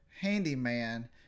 Handyman